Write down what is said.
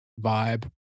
vibe